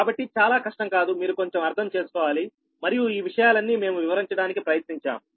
కాబట్టి చాలా కష్టం కాదు మీరు కొంచెం అర్థం చేసుకోవాలి మరియు ఈ విషయాలన్నీ మేము వివరించడానికి ప్రయత్నించాము